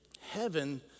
heaven